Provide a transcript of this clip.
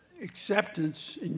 acceptance